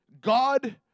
God